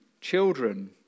children